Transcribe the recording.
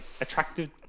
attractive